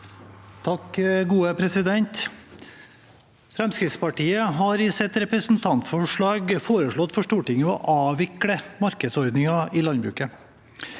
Tyldum (Sp) Fremskrittsparti- et har i sitt representantforslag foreslått for Stortinget å avvikle markedsordningen i landbruket.